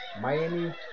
Miami